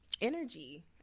energy